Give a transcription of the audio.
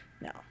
no